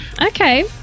Okay